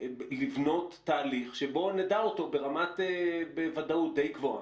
לבנות ושבו נדע את זה ברמת ודאות די גבוהה?